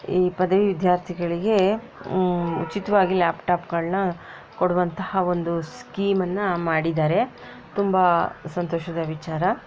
ಈ ಪದವಿ ವಿದ್ಯಾರ್ಥಿಗಳಿಗೆ ಉಚಿತವಾಗಿ ಲ್ಯಾಪ್ಟಾಪ್ಗಳನ್ನ ಕೊಡುವಂತಹ ಒಂದು ಸ್ಕೀಮನ್ನು ಮಾಡಿದ್ದಾರೆ ತುಂಬ ಸಂತೋಷದ ವಿಚಾರ